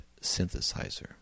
synthesizer